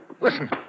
Listen